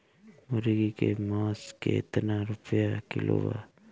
मुर्गी के मांस केतना रुपया किलो बा?